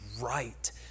right